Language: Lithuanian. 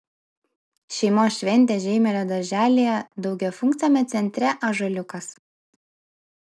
šeimos šventė žeimelio darželyje daugiafunkciame centre ąžuoliukas